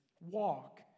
walk